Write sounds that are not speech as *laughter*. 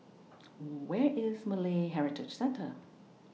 *noise* Where IS Malay Heritage Centre